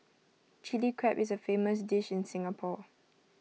Chilli Crab is A famous dish in Singapore